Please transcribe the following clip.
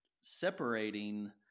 separating